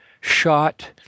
shot